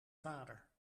vader